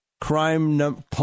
crime